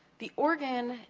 the organ,